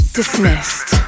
dismissed